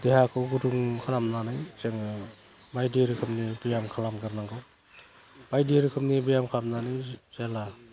देहाखौ गुदुं खालामनानै जोङो बायदि रोखोमनि ब्याम खालामग्रोनांगौ बायदि रोखोमनि ब्याम खालामनानै जेब्ला